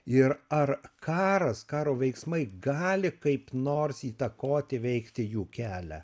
ir ar karas karo veiksmai gali kaip nors įtakoti veikti jų kelią